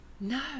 No